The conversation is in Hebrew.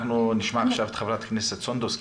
אנחנו נשמע עכשיו את חברת הכנסת סונדוס,